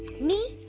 me?